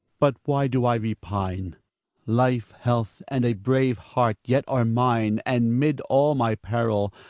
but why do i repine? life, health, and a brave heart yet are mine and mid all my peril,